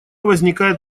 возникает